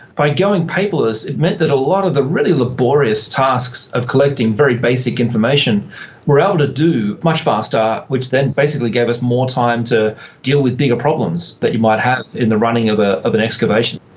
by going paperless it meant that a lot of the really labourious tasks of collecting very basic information we were able to do much faster which then basically gave us more time to deal with bigger problems that you might have in the running of ah of an excavation.